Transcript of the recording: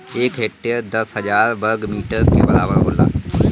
एक हेक्टेयर दस हजार वर्ग मीटर के बराबर होला